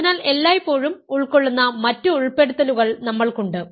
അതിനാൽ എല്ലായ്പ്പോഴും ഉൾക്കൊള്ളുന്ന മറ്റ് ഉൾപ്പെടുത്തലുകൾ നമ്മൾക്ക് ഉണ്ട്